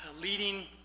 leading